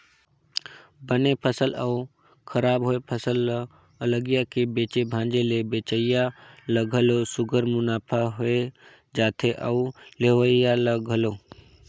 बने फसल अउ खराब होए फसल ल अलगिया के बेचे भांजे ले बेंचइया ल घलो सुग्घर मुनाफा होए जाथे अउ लेहोइया ल घलो